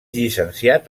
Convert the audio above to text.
llicenciat